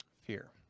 Fear